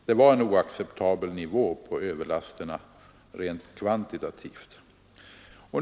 Förekomsten av överlaster var rent kvantitativt oacceptabelt hög.